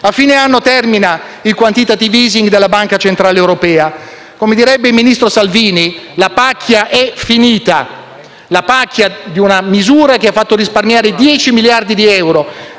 a fine anno termina il *quantitative easing* della Banca centrale europea. Come direbbe il ministro Salvini, «la pacchia è finita»: la pacchia di una misura che ha fatto risparmiare 10 miliardi di euro